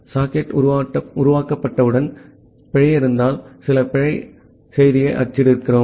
socket உருவாக்கப்பட்டவுடன் பிழை இருந்தால் சில பிழை செய்தியை அச்சிடுகிறோம்